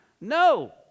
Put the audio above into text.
no